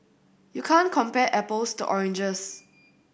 you can't compare apples to oranges